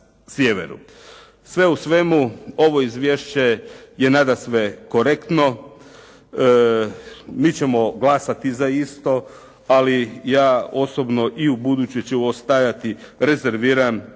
Sve u svemu ovo izvješće je nadasve korektno. Mi ćemo glasati za isto ali ja osobno i ubuduće ću ostajati rezerviran kada se